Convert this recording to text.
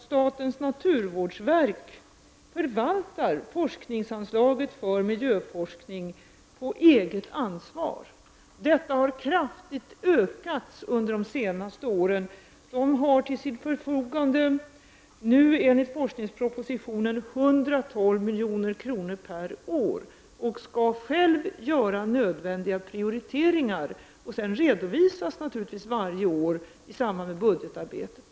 Statens naturvårdsverk förvaltar forskningsanslaget till miljöforskning på eget ansvar. Detta har kraftigt ökats under de senaste åren. Man har nu enligt forskningspropositionen till sitt förfogande 112 milj.kr. per år och skall själv göra nödvändiga prioriteringar. Sedan redovisas detta naturligtvis varje år i samband med budgetarbetet.